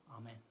amen